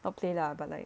not play lah but like